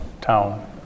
town